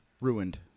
Ruined